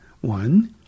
one